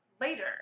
later